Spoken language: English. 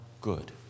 good